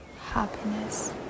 happiness